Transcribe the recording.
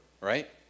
right